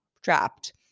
trapped